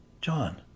John